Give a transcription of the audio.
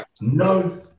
no